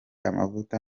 amavuta